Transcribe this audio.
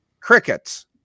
crickets